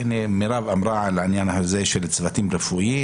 מירב דיברה על הצוותים הרפואיים,